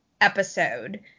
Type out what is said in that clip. episode